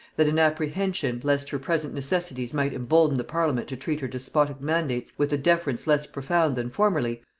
that an apprehension lest her present necessities might embolden the parliament to treat her despotic mandates with a deference less profound than formerly,